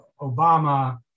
Obama